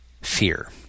Fear